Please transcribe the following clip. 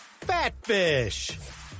Fatfish